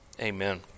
amen